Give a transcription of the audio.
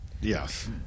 Yes